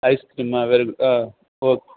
ice ಕ್ರೀಮಾ very good ಹಾಂ okay